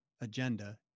agenda